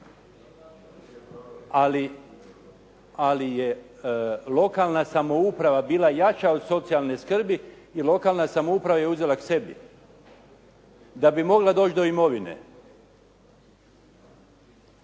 Ali je lokalna samouprava bila jača od socijalne skrbi i lokalna samouprava je uzela k sebi da bi mogla doći do imovine.